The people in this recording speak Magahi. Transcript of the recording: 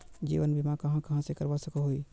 जीवन बीमा कहाँ कहाँ से करवा सकोहो ही?